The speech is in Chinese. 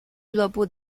俱乐部